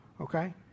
okay